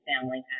family